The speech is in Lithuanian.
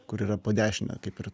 kur yra po dešine kaip ir